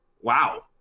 wow